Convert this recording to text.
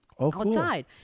Outside